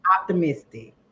optimistic